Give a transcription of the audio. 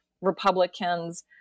Republicans